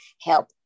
help